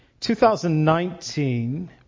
2019